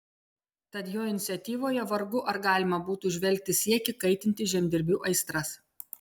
tad jo iniciatyvoje vargu ar galima būtų įžvelgti siekį kaitinti žemdirbių aistras